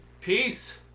Peace